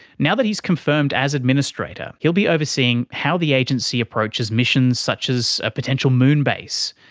now that he is confirmed as administrator, he will be overseeing how the agency approaches missions such as a potential moon base,